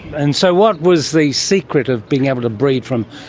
and so what was the secret of being able to breed from,